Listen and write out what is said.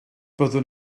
byddwn